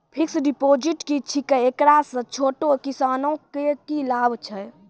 Fixed deposit की छिकै, एकरा से छोटो किसानों के की लाभ छै?